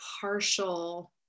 partial